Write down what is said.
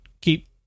keep